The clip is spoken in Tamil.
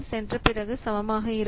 சென்றபிறகு சமமாக இருக்கும்